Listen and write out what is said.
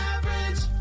Average